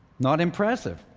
not impressive.